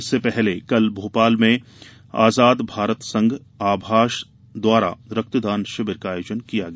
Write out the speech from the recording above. इससे पहले कले भोपाल में आजार भारत संघ आभाष द्वारा रक्तदान शिविर का आयोजन किया गया